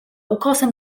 ukosem